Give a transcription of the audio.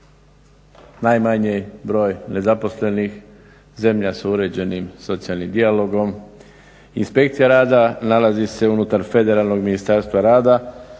najmanji broj nezaposlenih, zemlja su uređenim socijalnim dijalogom, inspekcija rada nalazi se unutar Federalnog ministarstva rada,